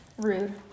Rude